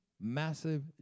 massive